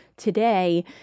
Today